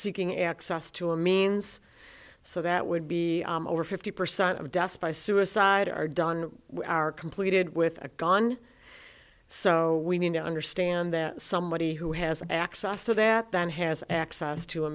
seeking access to a means so that would be over fifty percent of deaths by suicide are done are completed with gone so we need to understand that somebody who has access to that then has access to a